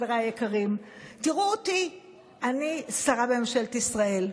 חבריי היקרים: תראו אותי, אני שרה בממשלת ישראל,